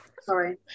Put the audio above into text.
Sorry